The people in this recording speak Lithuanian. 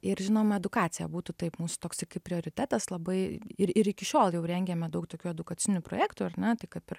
ir žinoma edukacija būtų taip mūsų toksai kaip prioritetas labai ir ir iki šiol jau rengėme daug tokių edukacinių projektų ar ne tai kap ir